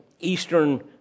eastern